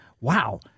Wow